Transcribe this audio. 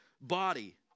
body